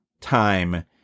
time